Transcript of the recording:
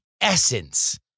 essence